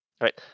Right